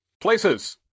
Places